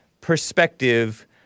perspective